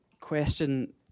question